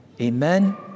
Amen